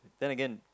then again